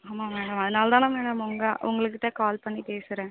ஆமாம் மேடம் அதனால் தானே மேடம் உங்கள் உங்கள்கிட்ட கால் பண்ணி பேசுகிறேன்